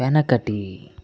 వెనకటి